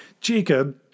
Jacob